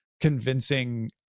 convincing